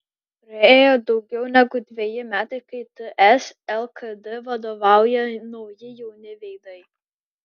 praėjo daugiau negu dveji metai kai ts lkd vadovauja nauji jauni veidai